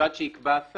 --- מוסד שיקבע השר.